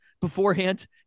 beforehand